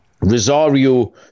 Rosario